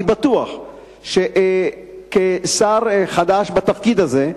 אני בטוח שכשר חדש בתפקיד הזה,